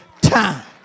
time